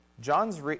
John's